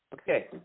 Okay